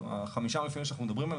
חמישה המפעלים שאנחנו מדברים עליהם,